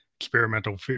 experimental